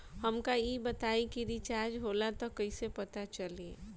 हमका ई बताई कि रिचार्ज होला त कईसे पता चली?